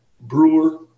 Brewer